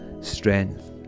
strength